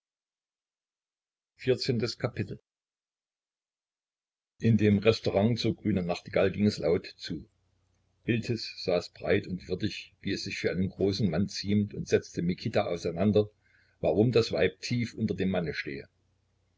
in dem restaurant zur grünen nachtigall ging es laut zu iltis saß breit und würdig wie es sich für einen großen mann ziemt und setzte mikita auseinander warum das weib tief unter dem manne stehe